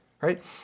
right